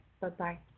Bye-bye